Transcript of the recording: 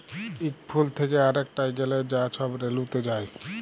ইক ফুল থ্যাকে আরেকটয় গ্যালে যা ছব রেলুতে যায়